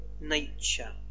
nature